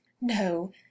No